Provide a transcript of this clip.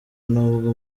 nubwo